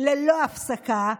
ללא הפסקה.